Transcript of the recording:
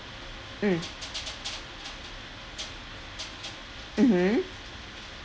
mm mmhmm